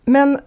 Men